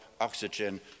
oxygen